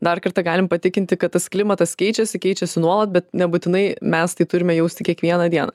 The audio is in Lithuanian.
dar kartą galim patikinti kad tas klimatas keičiasi keičiasi nuolat bet nebūtinai mes tai turime jausti kiekvieną dieną